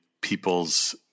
people's